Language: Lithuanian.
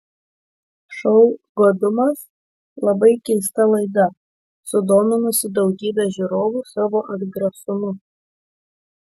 šou godumas labai keista laida sudominusi daugybę žiūrovu savo atgrasumu